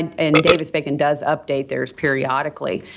and davis-bacon does update theirs periodically.